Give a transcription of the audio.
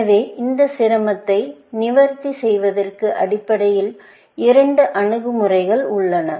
எனவே இந்த சிரமத்தை நிவர்த்தி செய்வதற்கு அடிப்படையில் இரண்டு அணுகுமுறைகள் உள்ளன